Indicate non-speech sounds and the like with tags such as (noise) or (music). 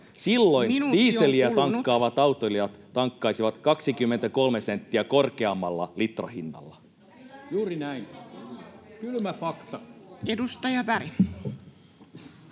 Silloin dieseliä tankkaavat autoilijat tankkaisivat 23 senttiä korkeammalla litrahinnalla. (noise)